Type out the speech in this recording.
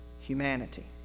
humanity